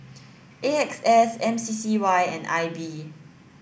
A X S M C C Y and I B